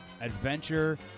adventure